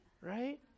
Right